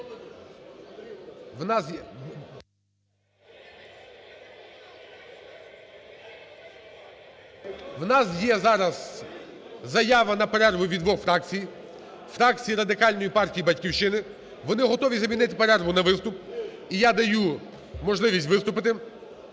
В нас є зараз заява на перерву від двох фракцій: фракції Радикальної партії і "Батьківщини". Вони готові замінити перерву на виступ. І я даю можливість виступити.